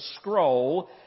scroll